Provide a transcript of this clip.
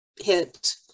hit